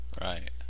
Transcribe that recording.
Right